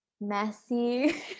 messy